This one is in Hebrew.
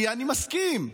אני מסכים,